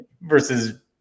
versus